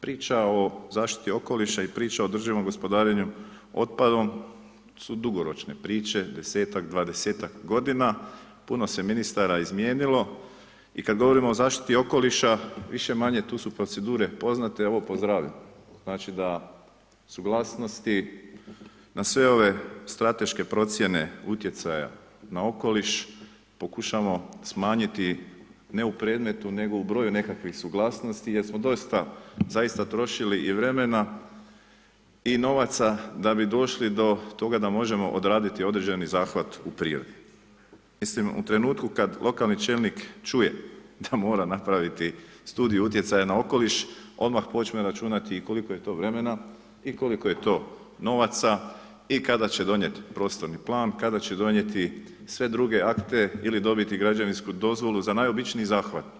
Priča o zaštiti okoliša i priča o održivom gospodarenju otpadom su dugoročne priče 10-tak, 20-tak godina, puno se ministara izmijenilo i kada govorimo o zaštiti okoliša, više-manje tu su procedure poznate… [[Govornik se ne razumije]] , znači da suglasnosti na sve ove strateške procijene utjecaja na okoliš pokušavamo smanjiti, ne u predmetu, nego u broju nekakvih suglasnosti jer smo doista, zaista trošili i vremena i novaca da bi došli do toga da možemo odraditi određeni zahvat… [[Govornik se ne razumije]] Mislim u trenutku kada lokalni čelnik čuje da mora napraviti studij utjecaja na okoliš, odmah počme računati koliko je to vremena i koliko je to novaca i kada će donijeti prostorni plan, kada će donijeti sve druge akte ili dobiti građevinsku dozvolu za najobičniji zahvat.